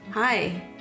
Hi